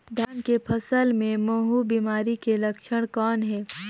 धान के फसल मे महू बिमारी के लक्षण कौन हे?